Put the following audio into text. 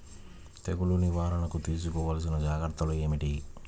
తెగులు నివారణకు తీసుకోవలసిన జాగ్రత్తలు ఏమిటీ?